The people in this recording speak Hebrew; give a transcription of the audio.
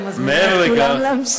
אני מזמינה את כולם להמשיך.